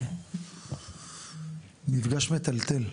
מפגש מטלטל.